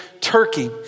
Turkey